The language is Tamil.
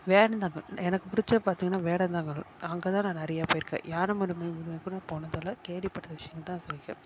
வேடந்தாங்கல் எனக்கு பிடிச்சது பார்த்தீங்கனா வேடந்தாங்கல் அங்கே தான் நான் நிறையா போயிருக்கேன் யானமலை முதுமலை கூட போனது இல்லை கேள்விப்பட்ட விஷயங்கள் தான் சொல்லியிருக்கேன்